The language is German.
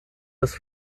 des